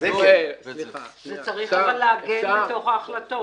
את זה צריך לעגן בתוך ההחלטות.